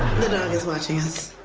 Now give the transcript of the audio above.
the dog is watching us.